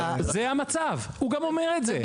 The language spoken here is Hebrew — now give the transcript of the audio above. זה המצב, הוא גם אומר את זה.